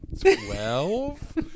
Twelve